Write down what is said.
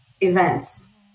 events